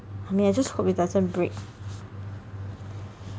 I mean I just hope it doesn't break